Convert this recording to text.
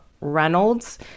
Reynolds